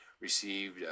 received